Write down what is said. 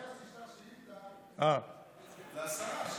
אני מציע שתשאל שאילתה והשרה או